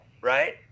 Right